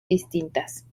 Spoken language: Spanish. distintas